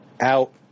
out